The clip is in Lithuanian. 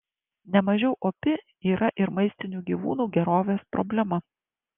nemažiau opi yra ir maistinių gyvūnų gerovės problema